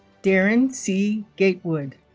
darren c. gatewood